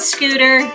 Scooter